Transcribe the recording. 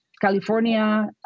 California